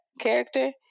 character